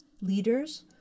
leaders